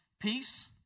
peace